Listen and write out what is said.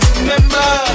Remember